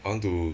I want to